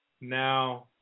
now